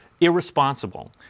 irresponsible